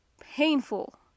painful